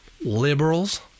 Liberals